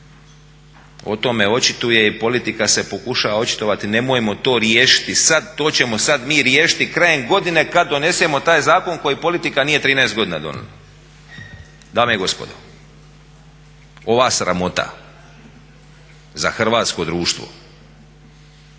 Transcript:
o tome očituje i politika se pokušava očitovati, nemojmo to riješiti sada, to ćemo sad mi riješiti krajem godine kada donesemo taj zakon koji politika nije 13 godina donijela. Dame i gospodo, ova sramota za hrvatsko društvo